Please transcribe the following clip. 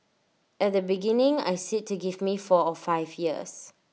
at the beginning I said to give me four or five years